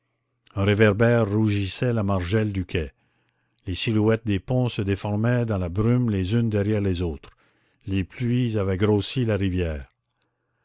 réverbère rougissait la margelle du quai les silhouettes des ponts se déformaient dans la brume les unes derrière les autres les pluies avaient grossi la rivière